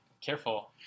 Careful